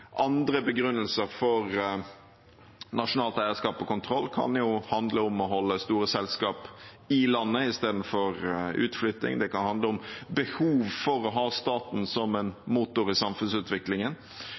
Andre begrunnelser for nasjonalt eierskap og kontroll kan handle om å holde store selskap i landet istedenfor utflytting, det kan handle om behovet for å ha staten som